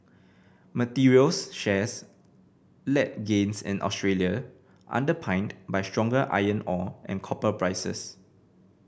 materials shares led gains in Australia underpinned by stronger iron ore and copper prices